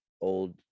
old